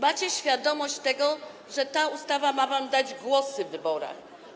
Macie świadomość tego, że ta ustawa ma wam dać głosy w wyborach.